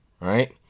right